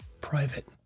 Private